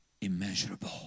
immeasurable